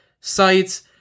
sites